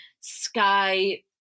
sky